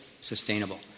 sustainable